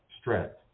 strength